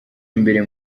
imbere